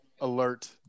alert